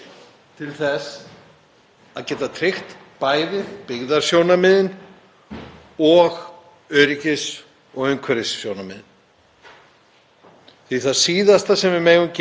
að það síðasta sem við megum gera er að gefa afslátt af öryggi eða umhverfi.